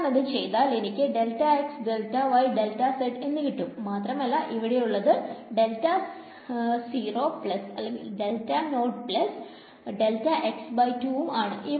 ഞാനത് ചെയ്താൽ എനിക്ക് എന്ന് കിട്ടും മാത്രമല്ല ഇവിടെയുള്ളത് ഉം ആണ്